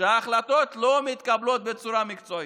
שההחלטות לא מתקבלות בצורה מקצועית,